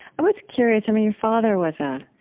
i was curious, i mean, your father was ah